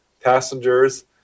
passengers